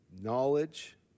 knowledge